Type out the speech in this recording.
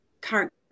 current